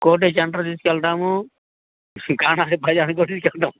కోటి సెంటర్ తీసుకెళ్తాము కానాజి భైజనికి తీసుకెళ్తాము